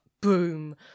Boom